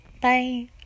Bye